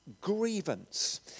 grievance